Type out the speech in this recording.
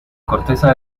corteza